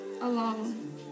alone